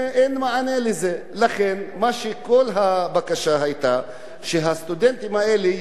לכן כל הבקשה היתה שהסטודנטים יקבלו שוויון.